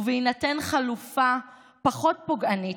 ובהינתן חלופה פחות פוגענית,